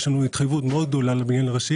יש לנו התחייבות מאוד גדולה אליו.